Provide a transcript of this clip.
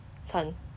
三